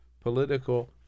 political